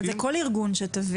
אז זה כל ארגון שתביא.